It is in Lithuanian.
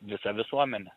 visa visuomenė